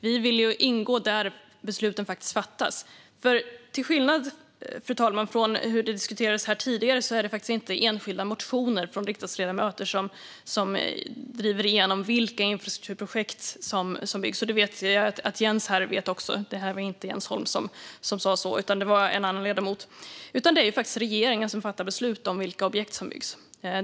Vi vill ingå där besluten faktiskt fattas, för till skillnad från hur det diskuterades här tidigare, fru talman, är det inte enskilda motioner från riksdagsledamöter som driver igenom vilka infrastrukturprojekt som byggs. Detta vet jag att Jens här också vet; det var inte Jens Holm som sa så, utan det var en annan ledamot. Det är faktiskt regeringen som fattar beslut om vilka objekt som byggs.